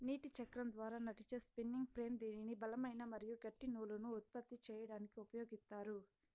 నీటి చక్రం ద్వారా నడిచే స్పిన్నింగ్ ఫ్రేమ్ దీనిని బలమైన మరియు గట్టి నూలును ఉత్పత్తి చేయడానికి ఉపయోగిత్తారు